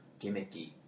gimmicky